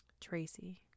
Tracy